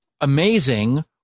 amazing